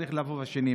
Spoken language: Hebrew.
צריך לבוא לשני.